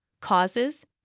causes